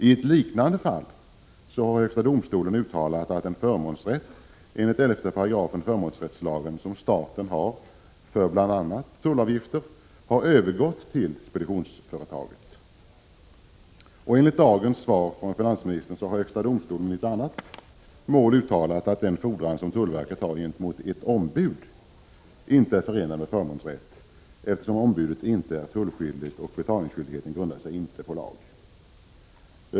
I ett liknande fall har högsta domstolen uttalat att den förmånsrätt enligt 11 § förmånsrättslagen som staten har för bl.a. tullavgifter har övergått till speditionsföretaget. Enligt dagens svar från finansministern har högsta domstolen i ett annat mål uttalat att den fordran som tullverket har gentemot ett ombud inte är förenad med förmånsrätt, eftersom ombudet inte är tullskyldigt och betalningsskyldigheten inte grundar sig på lag.